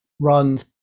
runs